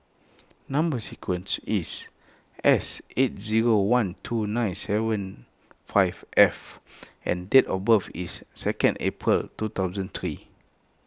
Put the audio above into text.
Number Sequence is S eight zero one two nine seven five F and date of birth is second April two thousand three